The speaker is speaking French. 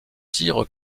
dire